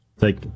Take